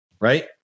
Right